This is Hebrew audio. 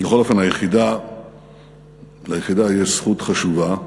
בכל אופן, ליחידה יש זכות חשובה,